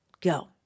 go